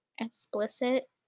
explicit